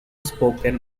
spoken